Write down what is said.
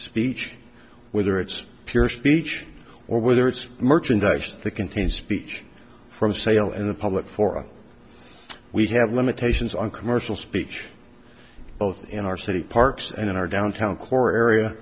speech whether it's pure speech or whether it's merchandise that contains speech for sale in a public forum we have limitations on commercial speech both in our city parks and in our downtown core area